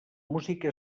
música